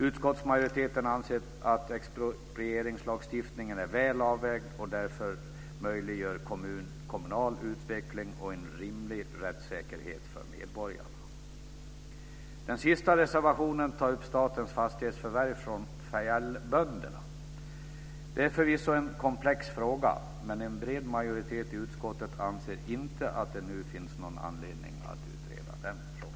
Utskottsmajoriteten anser att exproprieringslagstiftningen är väl avvägd, möjliggör kommunal utveckling och en rimlig rättssäkerhet för medborgarna. Den sista reservationen tar upp statens fastighetsförvärv från fjällbönderna. Det är förvisso en komplex fråga, men en bred majoritet i utskottet anser inte att det nu finns någon anledning att utreda den. Fru talman!